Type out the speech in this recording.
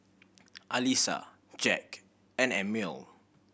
Alissa Jack and Emil